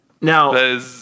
now